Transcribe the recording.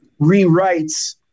rewrites